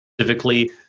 specifically